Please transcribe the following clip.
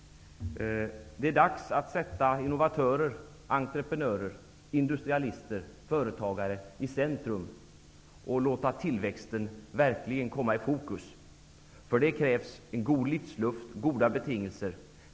Det är dags att sätta innovatörer, entreprenörer, industrialister och företagare i centrum och låta tillväxten verkligen komma i fokus. För det krävs en god livsluft och goda betingelser.